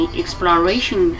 exploration